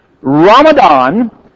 Ramadan